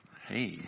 hey